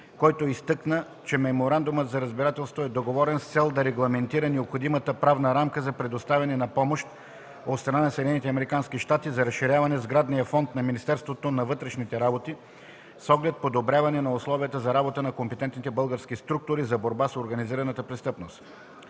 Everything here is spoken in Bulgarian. който изтъкна, че Меморандумът за разбирателство е договорен с цел да регламентира необходимата правна рамка за предоставяне на помощ от страна на Съединените американски щати за разширяване сградния фонд на Министерството на вътрешните работи с оглед подобряване условията за работа на компетентните български структури за борба с организираната престъпност.